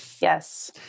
yes